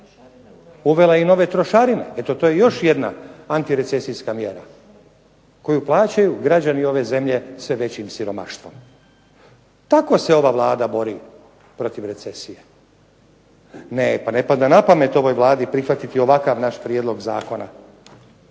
uvela i nove trošarine. Eto, to je još jedna antirecesijska mjera koju plaćaju građani ove zemlje sve većim siromaštvom. Tako se ova Vlada bori protiv recesije. Ne, pa ne pada na pamet ovoj Vladi prihvatiti ovakav naš prijedlog zakona